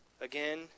again